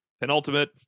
penultimate